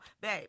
babe